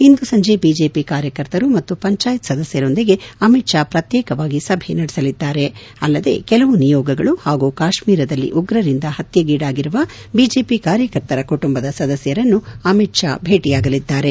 ಇಂದು ಸಂಜೆ ಬಿಜೆಪಿ ಕಾರ್ಯಕರ್ತರು ಮತ್ತು ಪಂಚಾಯತ್ ಸದಸ್ಕರೊಂದಿಗೆ ಅಮಿತ್ ಶಾ ಪ್ರಕ್ಶೇಕವಾಗಿ ಸಭೆ ನಡೆಸಲಿದ್ದಾರೆ ಮಾತ್ರವಲ್ಲ ಕೆಲವು ನಿಯೋಗಗಳು ಹಾಗೂ ಕಾಶ್ಮೀರದಲ್ಲಿ ಉಗ್ರರಿಂದ ಪತ್ತೆಗೀಡಾಗಿರುವ ಬಿಜೆಪಿ ಕಾರ್ಯಕರ್ತರ ಕುಟುಂಬದ ಸದಸ್ತರನ್ನೂ ಅಮಿತ್ ಶಾ ಭೇಟಯಾಗಲಿದ್ದಾರೆ